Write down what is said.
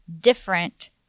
different